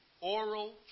oral